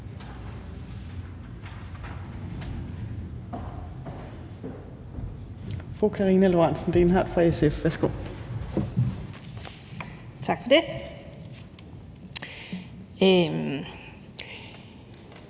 Tak for det.